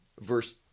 verse